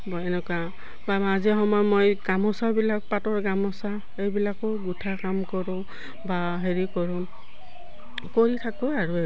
বা এনেকুৱা বা মাজে সময় মই গামোচাবিলাক পাটৰ গামোচা এইবিলাকো গোঁঠা কাম কৰোঁ বা হেৰি কৰোঁ কৰি থাকোঁ আৰু